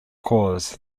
cause